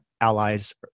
allies